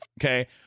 Okay